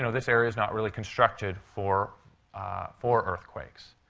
you know this area's not really constructed for for earthquakes.